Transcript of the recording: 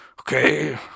Okay